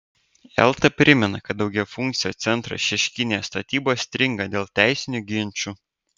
elta primena kad daugiafunkcio centro šeškinėje statybos stringa dėl teisinių ginčų